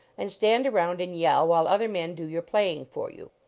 and stand around and yell while other men do your playing for you.